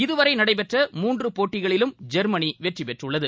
இதுவரைநடைபெற்ற மூன்றுபோட்டிகளிலும் ஜெர்மனிவெற்றிபெற்றுள்ளது